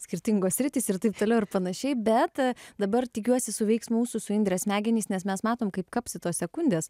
skirtingos sritys ir taip toliau ir panašiai bet dabar tikiuosi suveiks mūsų su indre smegenys nes mes matom kaip kapsi tos sekundės